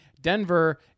Denver